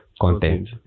content